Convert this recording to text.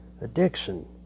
addiction